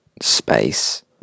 space